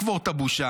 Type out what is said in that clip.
לקבור את הבושה,